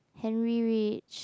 Henry rich